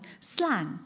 slang